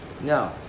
No